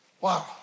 Wow